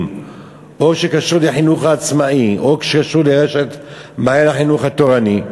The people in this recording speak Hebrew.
או שקשור לחינוך העצמאי או שקשור לרשת "מעיין החינוך התורני",